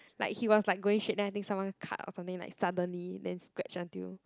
like he was like going straight then someone cut or something like suddenly then scratch until